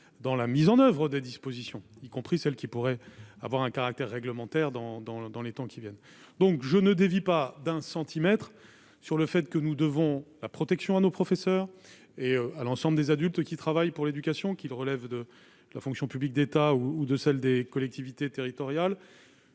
dans la mise en oeuvre des dispositions y compris celles qui pourraient avoir un caractère réglementaire dans dans dans les temps qui viennent, donc je ne dévie pas d'un centimètre sur le fait que nous devons la protection à nos professeurs et à l'ensemble des adultes qui travaillent pour l'éducation qu'il relève de la fonction publique d'État ou de celle des collectivités territoriales,